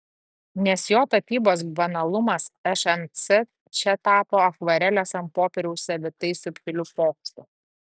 nes jo tapybos banalumas šmc čia tapo akvarelės ant popieriaus savitai subtiliu pokštu